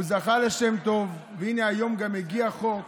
הוא זכה לשם טוב, והינה, היום גם הגיע חוק